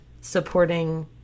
supporting